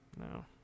No